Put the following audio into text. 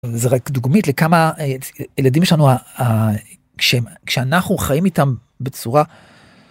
זה רק דוגמית לכמה הילדים שלנו כשאנחנו חיים איתם בצורה.